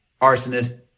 arsonist